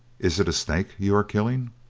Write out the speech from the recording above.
is it a snake you are killing?